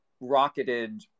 rocketed